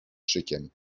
szykiem